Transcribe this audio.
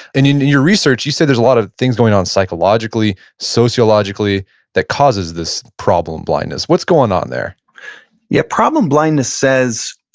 and in your research, you say there's a lot of things going on psychologically, sociologically that causes this problem blindness. what's going on there yeah, problem blindness says,